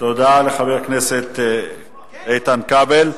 תודה לחבר הכנסת איתן כבל.